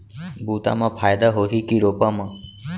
बुता म फायदा होही की रोपा म?